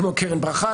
כמו קרן ברכה,